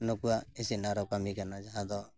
ᱱᱩᱠᱩᱣᱟᱜ ᱤᱥᱤᱱ ᱟᱨᱚ ᱠᱟᱹᱢᱤ ᱠᱟᱱᱟ ᱡᱟᱦᱟᱸ ᱫᱚ